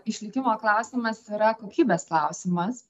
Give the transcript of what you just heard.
išlikimo klausimas yra kokybės klausimas